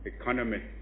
economy